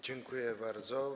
Dziękuję bardzo.